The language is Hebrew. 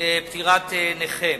פטירת נכה).